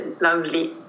lovely